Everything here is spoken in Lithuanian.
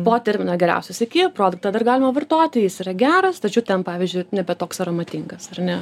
po termino geriausias iki produktą dar galima vartoti jis yra geras tačiau ten pavyzdžiui nebe toks aromatingas ar ne